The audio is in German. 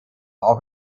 auch